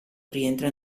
rientra